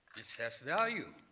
assessed value.